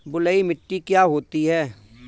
बलुइ मिट्टी क्या होती हैं?